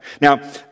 Now